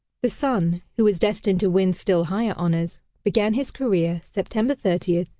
the son, who was destined to win still higher honors, began his career, september thirty,